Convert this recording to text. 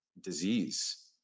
disease